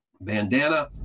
bandana